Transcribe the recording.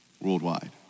worldwide